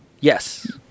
Yes